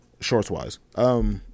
shorts-wise